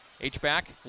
H-back